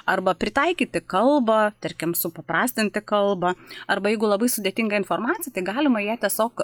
arba pritaikyti kalbą tarkim supaprastinti kalbą arba jeigu labai sudėtinga informacija tai galima ją tiesiog